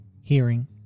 Hearing